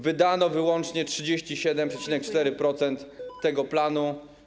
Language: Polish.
Wydano wyłącznie 37,4% tego planu.